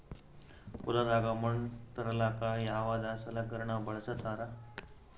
ಹೊಲದಾಗ ಮಣ್ ತರಲಾಕ ಯಾವದ ಸಲಕರಣ ಬಳಸತಾರ?